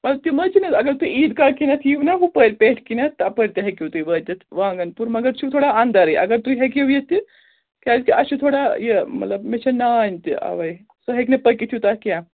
مگر تِم حظ چھِنہٕ حظ اگر تُہۍ عیٖد گاہ کِنٮ۪تھ یِیِو نا ہُپٲرۍ پٮ۪ٹھۍ کِنٮ۪تھ تَپٲرۍ تہِ ہیٚکِو تُہۍ وٲتِتھ وانٛگَن پوٗر مگر چھُو تھوڑا اَنٛدَرٕے اگر تُہۍ ہیٚکِو یِتھ تہٕ کیٛازِکہِ اَسہِ چھُ تھوڑا یہِ مطلب مےٚ چھا نانۍ تہِ اَوَے سۄ ہیٚکہِ نہٕ پٔکِتھ یوٗتاہ کیٚنٛہہ